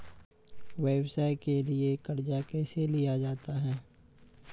व्यवसाय के लिए कर्जा कैसे लिया जाता हैं?